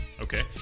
Okay